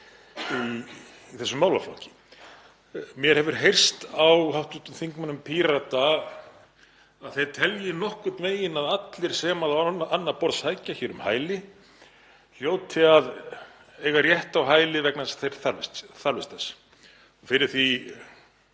í þessum málaflokki. Mér hefur heyrst á hv. þingmönnum Pírata að þeir telji nokkurn veginn að allir sem á annað borð sækja hér um hæli hljóti að eiga rétt á hæli vegna þess að þeir þarfnist þess. Fyrir því